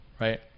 right